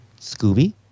Scooby